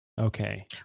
Okay